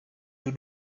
you